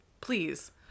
please